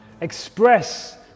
express